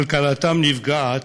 כלכלתם נפגעת,